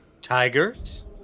Tigers